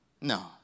No